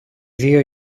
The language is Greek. δυο